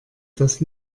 das